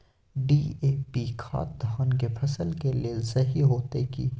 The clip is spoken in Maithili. डी.ए.पी खाद धान के फसल के लेल सही होतय की?